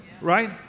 Right